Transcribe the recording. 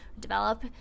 develop